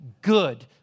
good